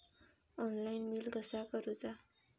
Online bill कसा करुचा?